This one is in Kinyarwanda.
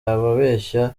ababeshya